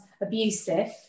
abusive